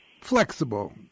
flexible